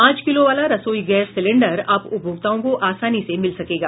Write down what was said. पांच किलो वाला रसोई गैंस सिलेंडर अब उपभोक्ताओं को आसानी से मिल सकेगा